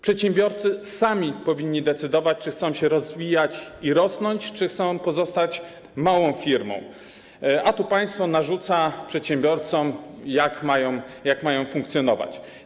Przedsiębiorcy sami powinni decydować, czy chcą się rozwijać i rosnąć, czy chcą pozostawać małą firmą, a tu państwo narzuca przedsiębiorcom, jak mają funkcjonować.